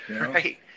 Right